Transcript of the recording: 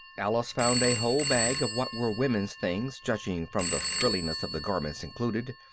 alice found a whole bag of what were women's things judging from the frilliness of the garments included.